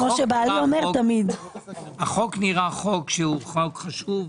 החוק נראה חוק חשוב,